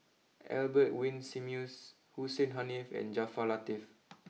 Albert Winsemius Hussein Haniff and Jaafar Latiff